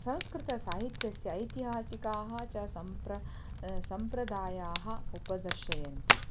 संस्कृतसाहित्यस्य ऐतिहासिकाः च सम्प्र सम्प्रदायाः उपदर्शयन्ति